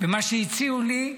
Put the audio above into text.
ומה שהציעו לי,